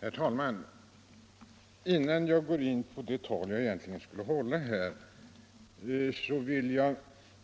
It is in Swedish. Herr talman! Innan jag kommer in på det tal jag egentligen skulle hålla, vill jag